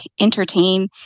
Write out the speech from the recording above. entertain